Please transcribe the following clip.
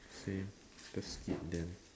same just keep them